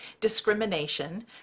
discrimination